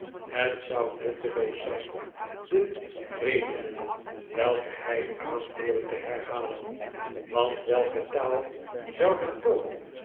het zou nutteloos zijn de redenen welke hij aanvoerde te herhalen want welke taal zou den toon